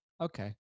okay